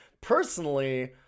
Personally